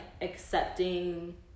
accepting